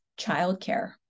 childcare